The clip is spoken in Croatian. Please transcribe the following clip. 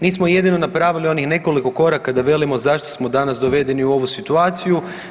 Mi smo jedino napravili onih nekoliko koraka da velimo zašto smo danas dovedeni u ovu situaciju.